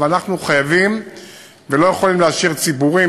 אבל אנחנו חייבים ולא יכולים להשאיר מאחור ציבורים